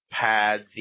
pads